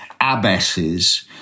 abbesses